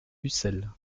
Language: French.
ucel